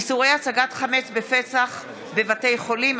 איסורי הצגת חמץ בפסח בבתי חולים),